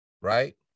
right